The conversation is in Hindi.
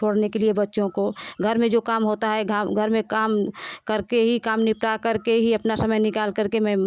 छोड़ने के लिये बच्चों को घर में जो काम होता हैं घर में काम कर के ही काम निपटा कर के ही अपना समय निकाल कर के मैं